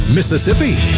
Mississippi